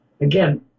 again